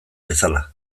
bezala